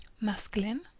masculine